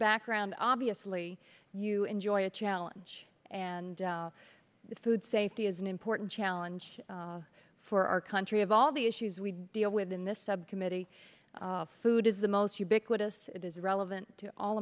background obviously you enjoy a challenge and the food safety is an important challenge for our country of all the issues we deal with in this subcommittee food is the most ubiquitous it is relevant to all